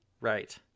right